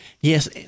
Yes